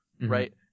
right